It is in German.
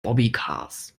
bobbycars